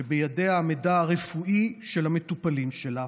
שבידיה המידע הרפואי של המטופלים שלה.